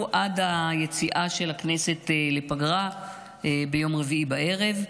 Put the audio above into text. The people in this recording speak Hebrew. עד היציאה של הכנסת לפגרה ביום רביעי בערב.